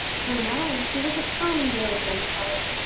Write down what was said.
for now he was a fine grown young fellow,